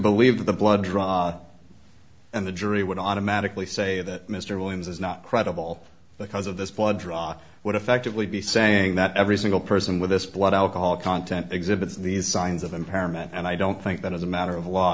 believe that the blood draw and the jury would automatically say that mr williams is not credible because of this blood draw would effectively be saying that every single person with this blood alcohol content exhibits these signs of impairment and i don't think that as a matter of law